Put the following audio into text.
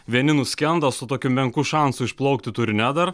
vieni nuskendo su tokiu menku šansu išplaukti turine dar